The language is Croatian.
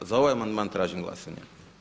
Za ovaj amandman tražim glasanje.